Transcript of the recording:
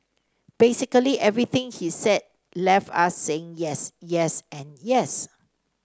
basically everything he said left us saying yes yes and yes